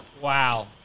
Wow